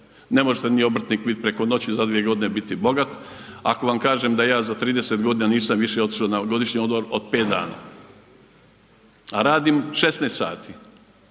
ne možete ni obrtnik bit preko noći, za 2 g. bit bogat ako vam kažem da ja za 30 g. nisam išao više na godišnji odmor od 5 dana a radim 16 sati